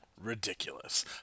ridiculous